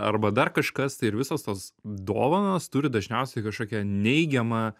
arba dar kažkas tai ir visos tos dovanos turi dažniausiai kažkokią neigiamą